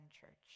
church